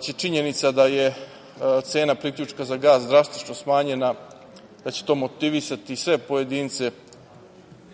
će činjenica da je cena priključka za gas drastično smanjena, da će to motivisati sve pojedince